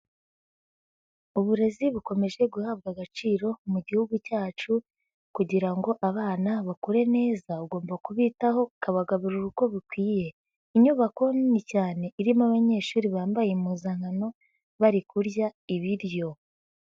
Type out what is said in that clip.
Uburezi bukomeje guhabwa agaciro mu gihugu cyacu, kugira ngo abana bakure neza ugomba kubitaho ukabagaburira uko bikwiye, inyubako nini cyane irimo abanyeshuri bambaye impuzankano bari kurya ibiryo.